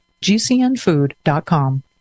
gcnfood.com